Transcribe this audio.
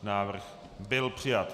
Návrh byl přijat.